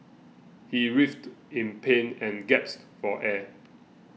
he writhed in pain and gasped for air